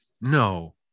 No